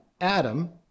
Adam